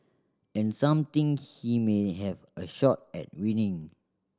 and some think he may have a shot at winning